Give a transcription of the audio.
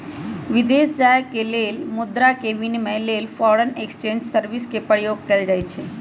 विदेश जाय के लेल मुद्रा के विनिमय लेल फॉरेन एक्सचेंज सर्विस के प्रयोग कएल जाइ छइ